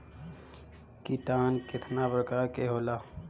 किटानु केतना प्रकार के होला?